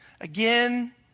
Again